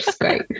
great